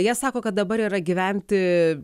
jie sako kad dabar yra gyventi